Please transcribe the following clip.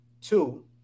two